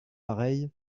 pareil